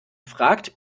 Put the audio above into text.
fragt